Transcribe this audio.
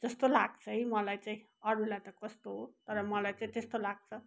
जस्तो लाग्छ है मलाई चाहिँ अरूलाई त कस्तो तर मलाई चाहिँ त्यस्तो लाग्छ